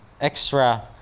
extra